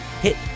hit